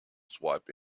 swipe